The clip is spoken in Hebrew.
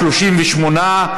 38,